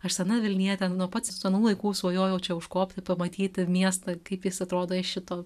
aš sena vilnietė nuo pat senų laikų svajojau čia užkopti pamatyti miestą kaip jis atrodo iš šito